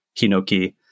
Hinoki